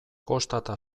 kostata